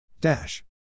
Dash